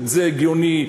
זה הגיוני.